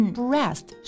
breast